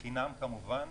בחינם כמובן.